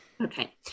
Okay